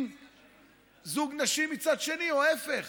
עם זוג נשים, מצד שני, או להפך,